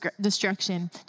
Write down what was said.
destruction